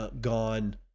gone